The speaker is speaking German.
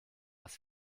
was